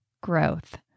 growth